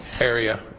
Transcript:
area